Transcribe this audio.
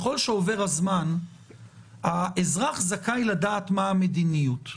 ככל שעובר הזמן האזרח זכאי לדעת מה המדיניות.